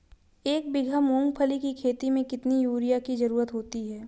एक बीघा मूंगफली की खेती में कितनी यूरिया की ज़रुरत होती है?